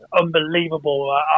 unbelievable